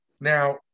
Now